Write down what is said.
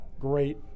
Great